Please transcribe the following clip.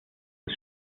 des